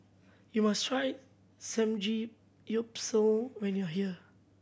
you must try Samgeyopsal when you are here